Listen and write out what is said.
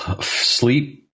sleep